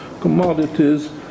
commodities